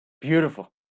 Beautiful